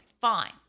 Fine